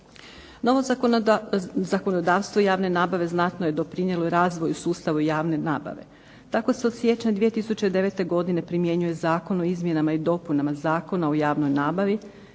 Novo zakonodavstvo javne nabave znatno je doprinijelo i razvoju sustava javne nabave. Tako se od siječnja 2009. godine primjenjuje Zakon o izmjenama i dopunama Zakona o javnoj nabavi